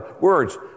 words